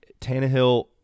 Tannehill